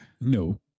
no